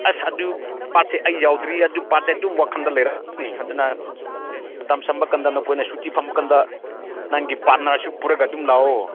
ꯑꯁ ꯑꯗꯨ ꯄꯥꯔꯠꯁꯦ ꯑꯩ ꯌꯥꯎꯗ꯭ꯔꯤ ꯑꯗꯨ ꯄꯥꯔꯇꯦ ꯑꯗꯨꯝ ꯋꯥꯈꯜꯗ ꯂꯩꯔꯕꯅꯤꯅ ꯃꯇꯝ ꯁꯪꯕ ꯀꯥꯟꯗ ꯅꯈꯣꯏꯅ ꯁꯨꯇꯤ ꯐꯪꯕ ꯀꯥꯟꯗ ꯅꯪꯒꯤ ꯄꯥꯔꯠꯅꯔꯁꯨ ꯑꯗꯨꯝ ꯄꯨꯔꯒ ꯂꯥꯛꯑꯣ